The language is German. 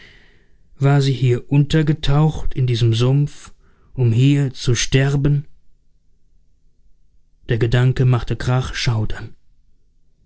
war sie hier untergetaucht in diesem sumpf um hier zu sterben der gedanke machte grach schaudern